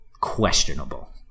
questionable